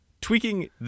tweaking